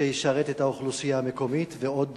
שישרת את האוכלוסייה המקומית, ועוד